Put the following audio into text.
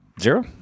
Zero